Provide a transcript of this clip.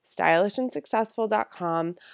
stylishandsuccessful.com